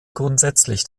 grundsätzlich